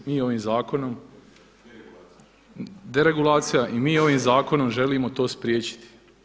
Mi ovim zakonom, deregulacija i mi ovim zakonom želimo to spriječiti.